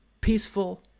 peaceful